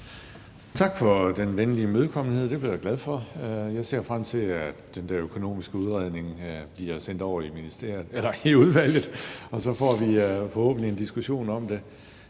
Tak for den venlige imødekommenhed. Den blev jeg glad for. Jeg ser frem til, at den økonomiske udredning bliver sendt over i udvalget, og så får vi forhåbentlig en diskussion om det.